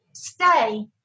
Stay